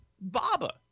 Baba